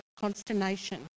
consternation